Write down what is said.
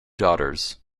daughters